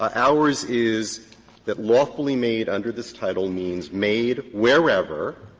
ours is that lawfully made under this title means made wherever,